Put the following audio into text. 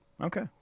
Okay